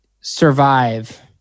survive